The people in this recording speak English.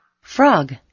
Frog